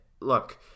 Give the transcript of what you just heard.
look